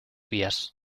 vías